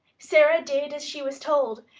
sara did as she was told.